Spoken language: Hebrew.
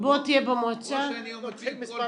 אני מוציא קול